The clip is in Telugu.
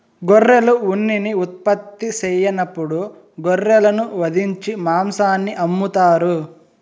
గొర్రెలు ఉన్నిని ఉత్పత్తి సెయ్యనప్పుడు గొర్రెలను వధించి మాంసాన్ని అమ్ముతారు